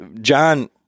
John